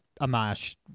Amash